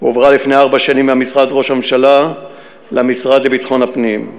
הועברה לפני ארבע שנים ממשרד ראש הממשלה למשרד לביטחון הפנים.